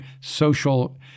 social